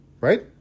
Right